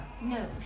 No